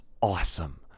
awesome